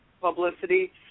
publicity